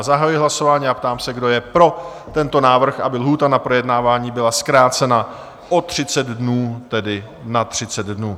Zahajuji hlasování a ptám se, kdo je pro tento návrh, aby lhůta na projednávání byla zkrácena o 30 dnů, tedy na 30 dnů?